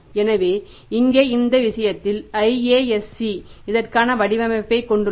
எனவே இங்கே இந்த விஷயத்தில் IASC இதற்கான வடிவமைப்பையும் கொண்டுள்ளது